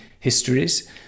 histories